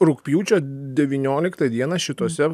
rugpjūčio devynioliktą dieną šitose